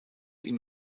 ihm